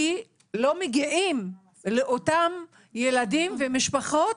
כי לא מגיעים לאותם ילדים ומשפחות,